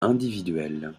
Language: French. individuel